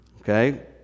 Okay